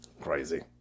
Crazy